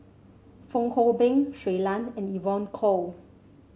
Fong Hoe Beng Shui Lan and Evon Kow